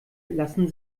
lassen